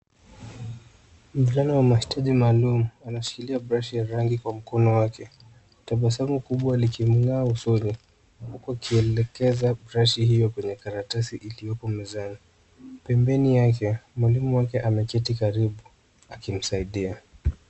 Mvulana wa mahitaji maalum anashikilia brush ya rangi kwa mkono wake tabasamu kubwa likimng'aa usoni huku akielekeza brush hio kwenye karatasi iliyopo mezani. Pembeni yake, mwalimu wake ameketi karibu akimsaidia.